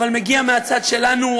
אבל מגיע מהצד שלנו,